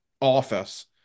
office